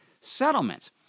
settlements